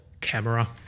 camera